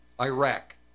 Iraq